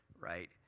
right